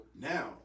now